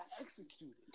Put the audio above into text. executed